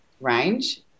range